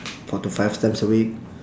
four to five times a week